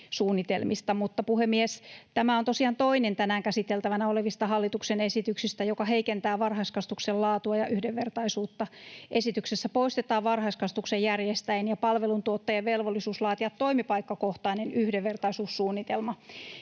Puhemies! Tämä on tosiaan toinen tänään käsiteltävänä olevista hallituksen esityksistä, jotka heikentävät varhaiskasvatuksen laatua ja yhdenvertaisuutta. Esityksessä poistetaan varhaiskasvatuksen järjestäjän ja palveluntuottajan velvollisuus laatia toimipaikkakohtainen yhdenvertaisuussuunnitelma.